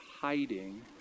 hiding